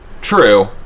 true